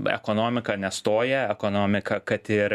ekonomika nestoja ekonomika kad ir